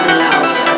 love